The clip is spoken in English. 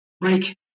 break